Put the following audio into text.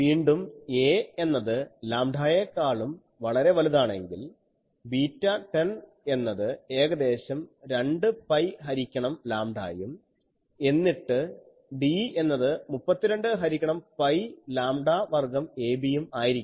വീണ്ടും a എന്നത് ലാംഡായെക്കാളും വളരെ വലുതാണെങ്കിൽ β10 എന്നത് ഏകദേശം 2 പൈ ഹരിക്കണം ലാംഡായും എന്നിട്ട് D എന്നത് 32 ഹരിക്കണം പൈ ലാംഡാ വർഗ്ഗം ab യും ആയിരിക്കും